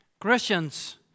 Christians